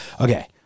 Okay